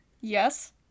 Yes